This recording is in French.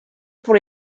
pour